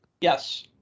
Yes